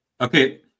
Okay